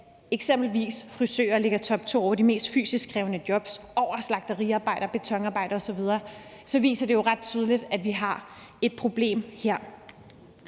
eksempelvis frisører ligger i topto over de mest fysisk krævende jobs, altså over slagteriarbejdere, betonarbejdere osv., viser det jo ret tydeligt, at vi har et problem her.